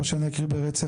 או שאני אקריא ברצף?